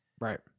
right